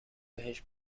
بهشت